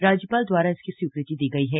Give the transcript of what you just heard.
राज्यपाल द्वारा इसकी स्वीकृति दी गई है